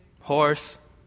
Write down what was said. horse